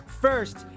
first